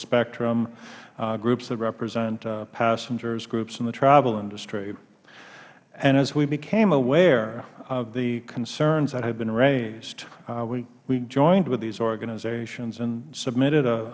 spectrum groups that represent passengers groups in the travel industry and as we became aware of the concerns that had been raised we joined with these organizations and submitted a